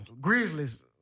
Grizzlies